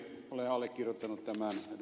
olen allekirjoittanut tämän ed